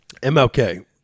MLK